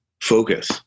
focus